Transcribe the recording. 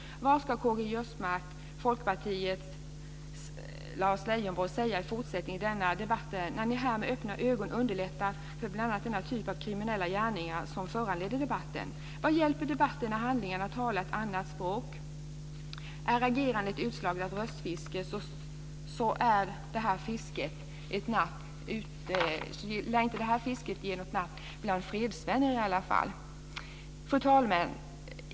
Vad ska Karl Folkpartiet säga i den fortsatta debatten när de här med öppna ögon underlättar för bl.a. denna typ av kriminella gärningar som föranledde debatten? Vad hjälper debatter när handlingarna talar ett annat språk? Är agerandet ett utslag av röstfiske så lär inte detta fisket ge något napp bland fredsvännerna i alla fall. Fru talman!